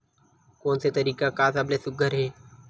कोन से तरीका का सबले सुघ्घर हे?